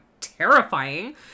terrifying